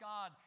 God